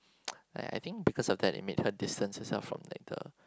I I think because of that it made her distance herself from that girl